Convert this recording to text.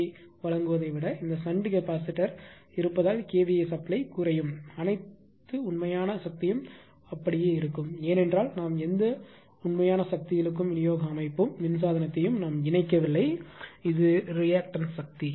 ஏ வழங்குவதை விட இந்த ஷன்ட் கெப்பாசிட்டர் இருப்பதால் கேவிஏ சப்ளை குறையும் அனைத்து உண்மையான சக்தியும் அப்படியே இருக்கும் ஏனென்றால் நாம் எந்த உண்மையான சக்தி இழுக்கும் விநியோக அமைப்பு மின் சாதனத்தையும் இணைக்கவில்லை இது ரியாக்டன்ஸ் சக்தி